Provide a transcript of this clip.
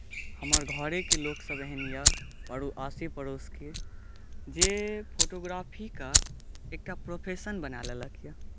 हमर घरेके लोकसभ एहन यऽ आसे पड़ोसके जे फोटोग्राफी कऽ एकटा प्रोफेशन बना लेलक यऽ